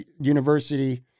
University